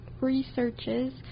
researches